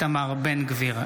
אינו נוכח איתמר בן גביר,